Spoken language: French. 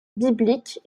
biblique